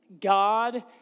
God